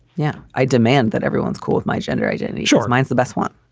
yeah, i demand that everyone's cool with my gender identity. sure. mine's the best one.